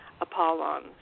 Apollon